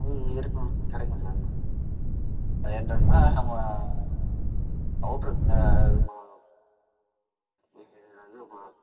ம் இருக்கும் கிடைக்கும் சார் ஃபைவ் ஹண்ட்ரட்னா நம்ம அவுட்ரு இது